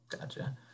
Gotcha